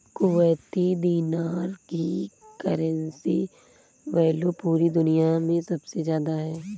Kuwaiti दीनार की currency value पूरी दुनिया मे सबसे ज्यादा है